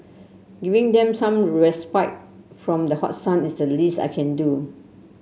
giving them some respite from the hot sun is the least I can do